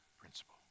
principle